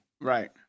Right